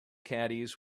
caddies